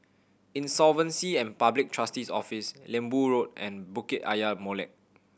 Insolvency and Public Trustee's Office Lembu Road and Bukit Ayer Molek